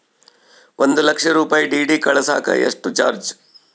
ಒಂದು ಲಕ್ಷ ರೂಪಾಯಿ ಡಿ.ಡಿ ಕಳಸಾಕ ಎಷ್ಟು ಚಾರ್ಜ್?